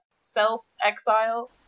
self-exile